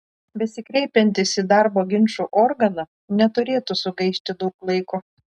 besikreipiantys į darbo ginčų organą neturėtų sugaišti daug laiko